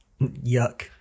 Yuck